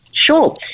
Sure